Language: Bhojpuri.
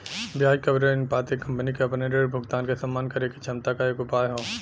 ब्याज कवरेज अनुपात एक कंपनी क अपने ऋण भुगतान क सम्मान करे क क्षमता क एक उपाय हौ